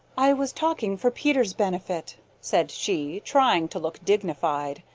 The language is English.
i was talking for peter's benefit, said she, trying to look dignified,